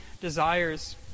desires